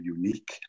unique